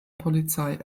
polizei